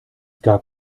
gab